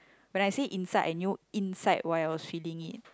when I say inside I knew inside while I was feeling it